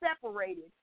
separated